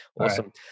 awesome